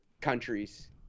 countries